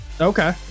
Okay